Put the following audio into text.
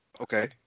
Okay